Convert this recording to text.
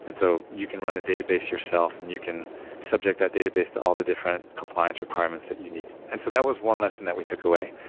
and so, you can run a database yourself and you can subject that database to all the different compliance requirements that you need. and so, that was one lesson that we took away.